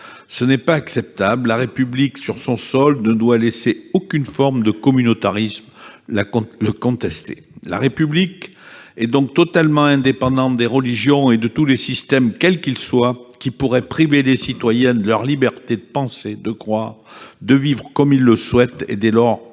qui n'est pas acceptable. La République, sur son sol, ne doit laisser aucune forme de communautarisme la remettre en cause. La République est donc totalement indépendante des religions et de tous les systèmes, quels qu'ils soient, qui pourraient priver les citoyens de leur liberté de penser, de croire et de vivre comme ils le souhaitent, dès lors